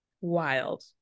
wild